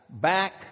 back